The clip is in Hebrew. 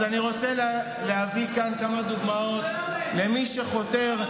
אז אני רוצה להביא כאן כמה דוגמאות למי שחותר,